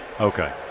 okay